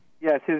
Yes